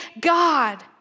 God